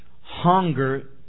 Hunger